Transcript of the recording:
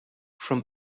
from